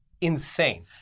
insane